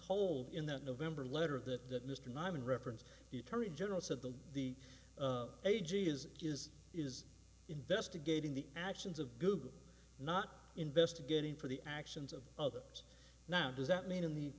told in that november letter that mr ninan reference the attorney general said the the a g is is is investigating the actions of google not investigating for the actions of others now does that mean in the